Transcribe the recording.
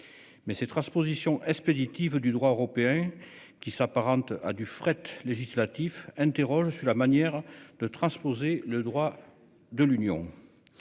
Mais ces transpositions expéditive du droit européen qui s'apparente à du fret législatif interroges sur la manière de transposer le droit de l'Union.